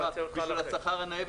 בשביל השכר הנאה,